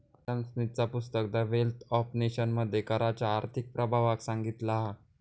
Adam स्मिथचा पुस्तक the wealth of nation मध्ये कराच्या आर्थिक प्रभावाक सांगितला हा